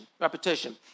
repetition